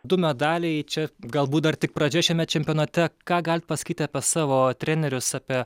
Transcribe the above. du medaliai čia galbūt dar tik pradžia šiame čempionate ką galit pasakyti apie savo trenerius apie